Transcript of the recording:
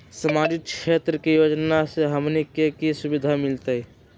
सामाजिक क्षेत्र के योजना से हमनी के की सुविधा मिलतै?